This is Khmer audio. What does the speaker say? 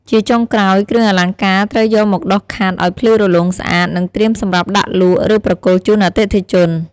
ជាចុងក្រោយ គ្រឿងអលង្ការត្រូវយកមកដុសខាត់ឱ្យភ្លឺរលោងស្អាត និងត្រៀមសម្រាប់ដាក់លក់ ឬប្រគល់ជូនអតិថិជន។